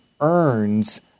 earns